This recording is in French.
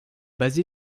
basée